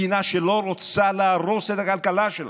מדינה שלא רוצה להרוס את הכלכלה שלה.